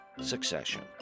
Succession